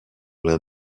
l’un